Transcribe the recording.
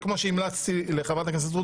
וכמו שהמלצתי לחברת הכנסת סטרוק,